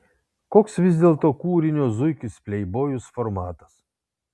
koks vis dėlto kūrinio zuikis pleibojus formatas